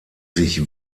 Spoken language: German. sich